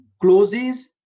closes